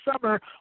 summer